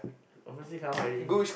obviously can't find already